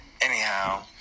Anyhow